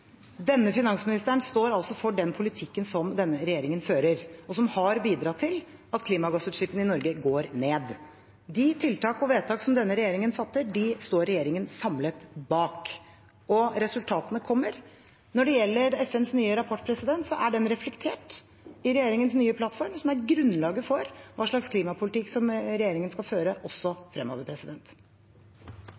Denne finansministeren står altså for den politikken som denne regjeringen fører, og som har bidratt til at klimagassutslippene i Norge går ned. De tiltak og vedtak som denne regjeringen fatter, står regjeringen samlet bak. Og resultatene kommer. Når det gjelder FNs nye rapport, er den reflektert i regjeringens nye plattform, som er grunnlaget for hva slags klimapolitikk regjeringen skal føre også